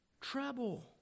trouble